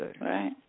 Right